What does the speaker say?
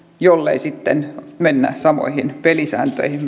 jollei sitten mennä samoihin pelisääntöihin